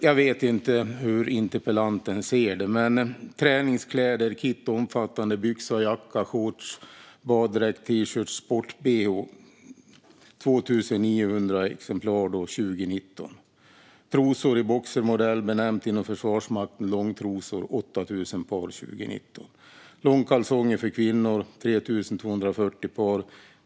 Jag vet inte hur interpellanten ser på det, men: ett kit med träningskläder omfattande byxa, jacka, shorts, baddräkt, t-shirt, sportbehå - 2 900 exemplar 2019. Trosor i boxermodell, inom Försvarsmakten benämnda långtrosor - 8 000 par 2019. Långkalsonger för kvinnor - 3 240 par.